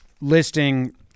listing